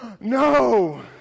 no